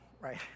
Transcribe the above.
right